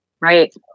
Right